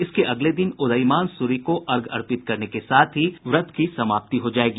इसके अगले दिन उदीयमान सूर्य को अर्घ्य अर्पित करने के साथ ही व्रत की समाप्ति होगी